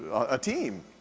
a team.